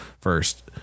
first